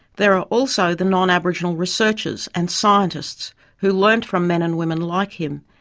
there are also the non-aboriginal researchers and scientists who learned from men and women like him,